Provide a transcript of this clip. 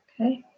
Okay